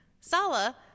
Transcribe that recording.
Sala